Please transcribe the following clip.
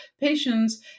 patients